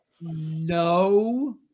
No